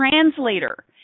translator